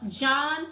John